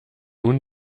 nun